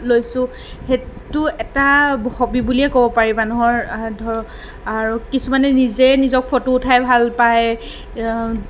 লৈছোঁ সেইটো এটা হবি বুলিয়েই ক'ব পাৰি মানুহৰ ধৰক আৰু কিছুমানে নিজে নিজক ফটো উঠাই ভাল পায়